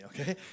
okay